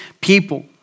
people